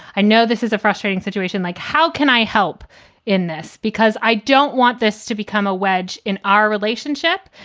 i know this is a frustrating situation, like how can i help in this? because i don't want this to become a wedge in our relationship.